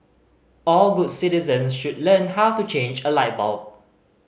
all good citizen should learn how to change a light bulb